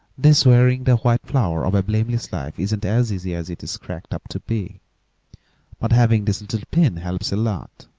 this wearing the white flower of a blameless life isn't as easy as it is cracked up to be but having this little pin helps a lot.